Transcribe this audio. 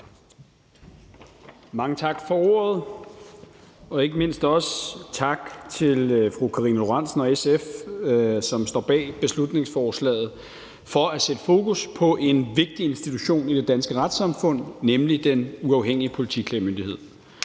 Mange tak for ordet. Og ikke mindst også tak til fru Karina Lorentzen Dehnhardt og SF, som står bag beslutningsforslaget, for at sætte fokus på en vigtig institution i det danske retssamfund, nemlig Den Uafhængige Politiklagemyndighed.